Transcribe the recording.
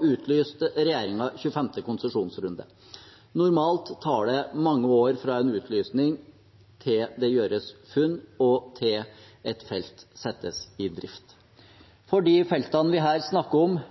utlyste regjeringen 25. konsesjonsrunde. Normalt tar det mange år fra en utlysning til det gjøres funn og til et felt settes i drift. For de feltene vi her snakker om,